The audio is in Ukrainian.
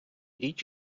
річ